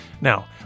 Now